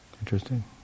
Interesting